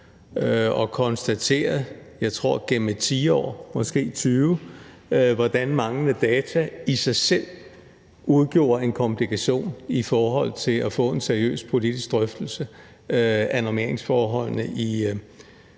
og konstaterede gennem et årti, måske 20 år, hvordan manglende data i sig selv udgjorde en komplikation i forhold til at få en seriøs politisk drøftelse af normeringsforholdene i